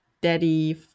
daddy